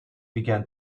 began